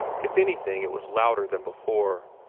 if anything, it was louder than before,